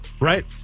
right